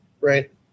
right